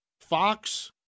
Fox